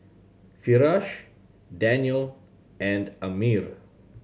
Firash Daniel and Ammir